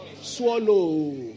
swallow